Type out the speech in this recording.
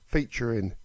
Featuring